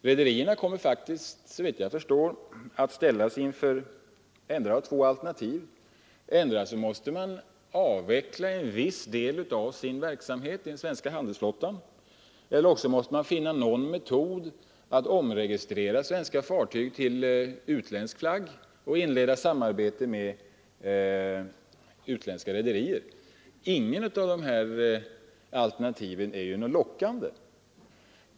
Rederierna kommer faktiskt, såvitt jag förstår, att ställas inför ettdera av två alternativ: antingen måste den svenska handelsflottan avveckla en viss del av sin verksamhet eller också måste man finna på någon metod att omregistrera svenska fartyg till utländsk flagg och inleda samarbete med utländska rederier. Inget av dessa alternativ är lockande.